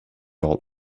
old